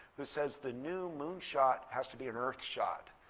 who says the new moonshot has to be an earth shot.